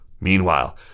Meanwhile